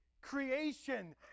creation